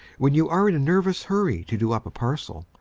when you are in a nervous hurry to do up a parcel,